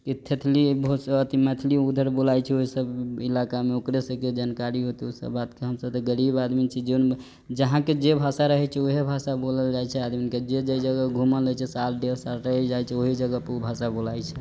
ई ठेठली अथि मैथिली उधर बोलाइ छै ओहि सभ इलाकामे ओकरे सभके जानकारी हौते ओ सभ बातके हम सभ तऽ गरीब आदमी छी जौन जहाँके जे भाषा रहै छै ऊहे भाषा बोलल जाइ छै आदमीके जे जे जगह घुमल रहै छै साल डेढ़ साल रैह जाइ छै ओहि जगह पर ओ भाषा बोलाइ छै